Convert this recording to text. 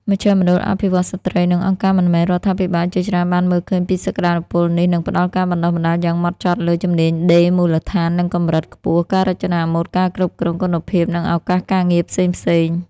មជ្ឈមណ្ឌលអភិវឌ្ឍន៍ស្ត្រី និងអង្គការមិនមែនរដ្ឋាភិបាលជាច្រើនបានមើលឃើញពីសក្តានុពលនេះ និងផ្តល់ការបណ្តុះបណ្តាលយ៉ាងហ្មត់ចត់លើ ជំនាញដេរមូលដ្ឋាន និងកម្រិតខ្ពស់ ការរចនាម៉ូដ ការគ្រប់គ្រងគុណភាព និងឱកាសការងារផ្សេងៗ។